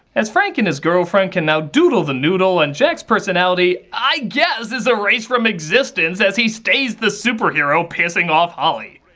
as frank and his girlfriend can now doodle the noodle and jack's personality i guess is erased from existence as he stays the superhero pissing off holli.